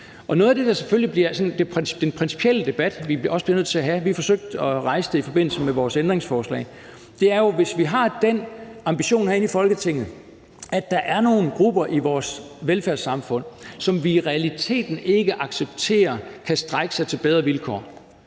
noget af det, der selvfølgelig bliver sådan den principielle debat, som vi også bliver nødt til at have, handler jo om, at vi, hvis vi har den ambition herinde i Folketinget om, at der er nogle grupper i vores velfærdssamfund, som vi i realiteten ikke accepterer kan strejke sig til bedre vilkår,